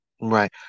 Right